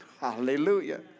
hallelujah